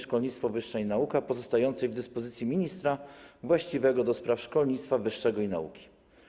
Szkolnictwo wyższe i nauka, pozostającej w dyspozycji ministra właściwego do spraw szkolnictwa wyższego i nauki.